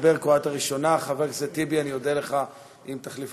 7227, 7232, 7261, 7274